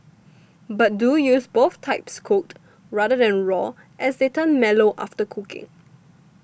but do use both types cooked rather than raw as they turn mellow after cooking